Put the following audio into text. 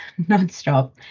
nonstop